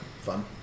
fun